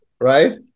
Right